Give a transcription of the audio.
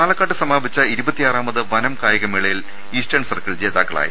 പാലക്കാട്ട് സമാപിച്ച ഇരുപത്തിയാറാമത് വനംകായികമേളയിൽ ഈസ്റ്റേൺ സർക്കിൾ ജേതാക്കളായി